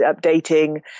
updating